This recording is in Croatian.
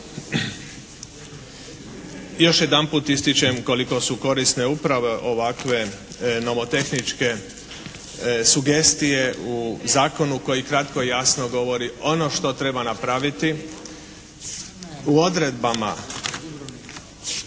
Još jedanput ističem koliko su korisne upravo ovakve nomotehničke sugestije u zakonu koji kratko i jasno govori ono što treba napraviti. U odredbama,